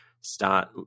start